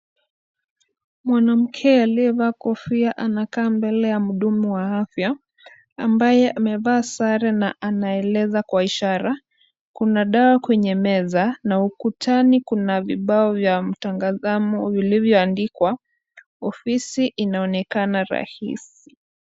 Mwanamke aliyevaa kofia anakaa mbele ya mhudumu wa afya, ambaye amevaa sare na anaeleza kwa ishara .Kuna dawa kwenye meza na ukutani kuna vibao vya matangazo vilivyoandikwa Ofisi inaonekana rahisi.